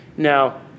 Now